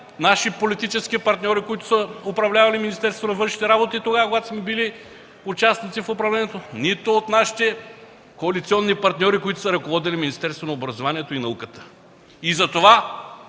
на политическите ни партньори, които са управлявали Министерството на външните работи, когато сме били участници в управлението, нито от коалиционните ни партньори, които са ръководели Министерството на образованието и науката. Затова